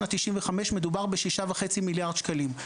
שנת 1995 מדובר ב-6.5 מיליארד שקלים.